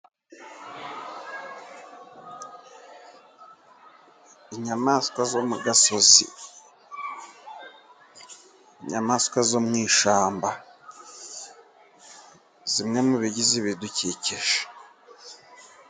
Inyamaswa zo mu gasozi, inyamaswa zo mu ishyamba, zimwe mu bigize ibidukikije.